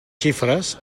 xifres